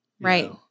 Right